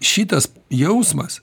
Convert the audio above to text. šitas jausmas